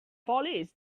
police